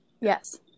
Yes